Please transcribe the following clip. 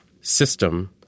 system